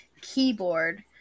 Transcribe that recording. keyboard